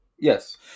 Yes